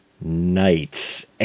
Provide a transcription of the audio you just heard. knights